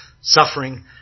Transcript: suffering